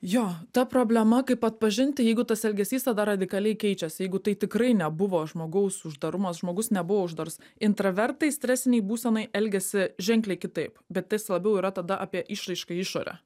jo ta problema kaip atpažint jeigu tas elgesys tada radikaliai keičias jeigu tai tikrai nebuvo žmogaus uždarumas žmogus nebuvo uždaras intravertai stresinėj būsenoj elgiasi ženkliai kitaip bet tas labiau yra tada apie išraišką į išorę